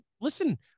listen